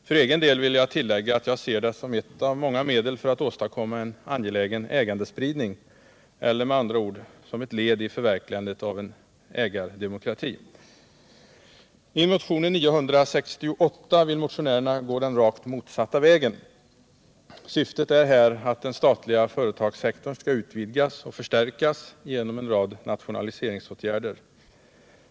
För egen del vill jag tillägga att jag ser det som ett av många medel att åstadkomma en angelägen ägandespridning eller, med andra ord, som ett led i förverkligandet av en ägardemokrati. I motionen 968 vill motionärerna gå den rakt motsatta vägen. Syftet är här att den statliga företagssektorn skall utvidgas och förstärkas genom en rad nationaliseringsåtgärder.